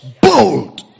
bold